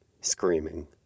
screaming